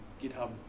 GitHub